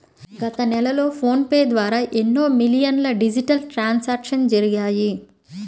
గత నెలలో PhonePe ద్వారా ఎన్నో మిలియన్ల డిజిటల్ ట్రాన్సాక్షన్స్ జరిగాయి